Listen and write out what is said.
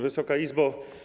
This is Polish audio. Wysoka Izbo!